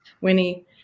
Winnie